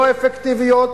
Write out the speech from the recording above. לא אפקטיביות,